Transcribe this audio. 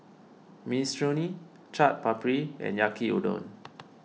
Minestrone Chaat Papri and Yaki Udon